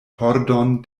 pordon